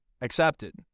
accepted